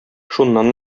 шуннан